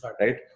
Right